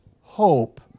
hope